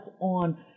on